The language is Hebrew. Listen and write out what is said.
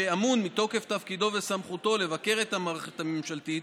שממונה מתוקף תפקידו וסמכותו לבקר את המערכת הממשלתית,